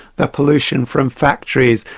the pollution from factories,